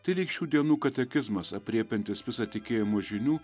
tai lyg šių dienų katekizmas aprėpiantis visą tikėjimo žinių